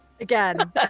Again